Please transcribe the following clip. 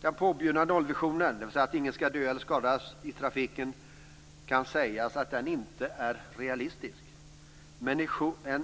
Den påbjudna nollvisionen, dvs. att ingen skall dö eller skadas i trafiken, är inte realistisk.